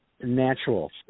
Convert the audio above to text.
natural